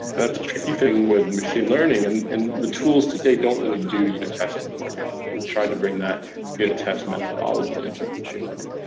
that's a tricky thing with machine learning and and the tools today don't really do unit testing for you. we're trying to bring that unit test methodology into machine learning.